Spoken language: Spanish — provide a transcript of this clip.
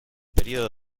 período